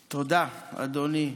תודה, אדוני.